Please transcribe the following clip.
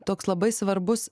toks labai svarbus